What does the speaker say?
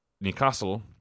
Newcastle